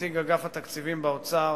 נציג אגף התקציבים באוצר,